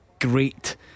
great